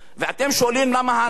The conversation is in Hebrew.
ואתם שואלים למה, תודה.